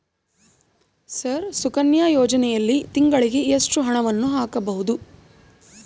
Sir Sukanya ಯೋಜನೆಯಲ್ಲಿ ತಿಂಗಳಿಗೆ ಎಷ್ಟು ಹಣವನ್ನು ಹಾಕಬಹುದು?